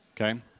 okay